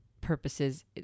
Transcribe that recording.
purposes